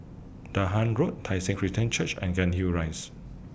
Dahan Road Tai Seng Christian Church and Cairnhill Rise